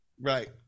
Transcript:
Right